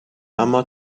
اما